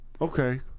Okay